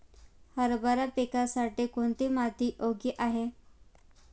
हरभरा पिकासाठी कोणती माती योग्य आहे?